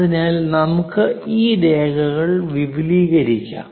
അതിനാൽ നമുക്ക് ഈ രേഖകൾ വിപുലീകരിക്കാം